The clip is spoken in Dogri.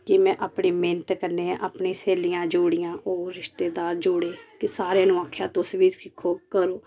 कि में अपनी मेहनत कन्नै अपनी स्हेलियां जोड़ियां और रिश्तेदार जोड़े ते सारें नूं आखेआ तुस बी सिक्खो करो